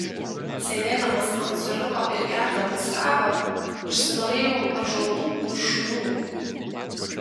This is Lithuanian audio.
sėdėdamas ant suoliuko ir gerdamas kavą užsinorėjau ąžuolų ir šunų